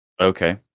Okay